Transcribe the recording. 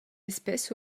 espèce